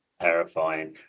Terrifying